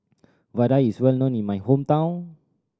vadai is well known in my hometown